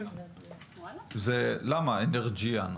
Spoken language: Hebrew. למה אנרג'יאן?